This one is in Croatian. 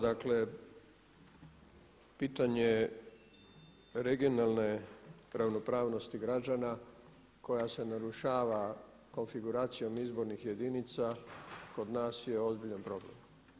Dakle, pitanje regionalne ravnopravnosti građana koja se narušava konfiguracijom izbornih jedinica kod nas je ozbiljan problem.